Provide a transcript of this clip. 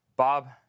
Bob